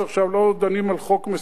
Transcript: לא דנים על חוק מסוים,